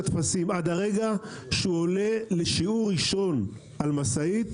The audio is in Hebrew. הטפסים עד הרגע שהוא עולה לשיעור ראשון על משאית